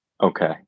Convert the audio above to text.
Okay